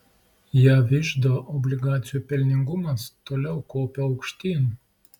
jav iždo obligacijų pelningumas toliau kopia aukštyn